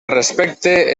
respecte